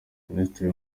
ministiri